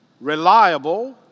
reliable